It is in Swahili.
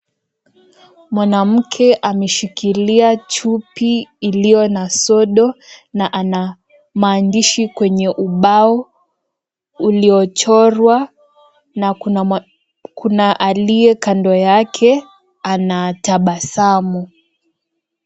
Mwanamke ameshikilia chupi ilio na sodo na ana maandishi kwenye ubao, uliochorwa, na kuna aliye kando yake anatabasamu.